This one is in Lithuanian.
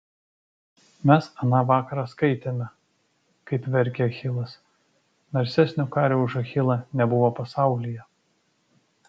mes aną vakarą skaitėme kaip verkė achilas narsesnio kario už achilą nebuvo pasaulyje